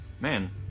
man